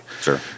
Sure